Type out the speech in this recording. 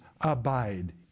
abide